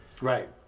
Right